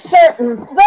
certain